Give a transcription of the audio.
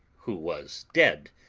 who was dead,